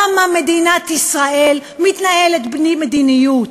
למה מדינת ישראל מתנהלת בלי מדיניות?